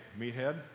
meathead